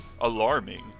alarming